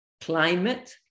climate